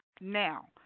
Now